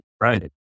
Right